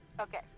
Okay